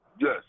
Yes